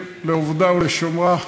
פה בטח עשרה או 15 דוברים,